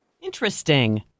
Interesting